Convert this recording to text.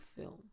film